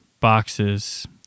boxes